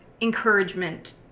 encouragement